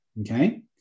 okay